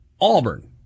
Auburn